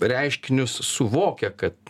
reiškinius suvokia kad